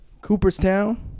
Cooperstown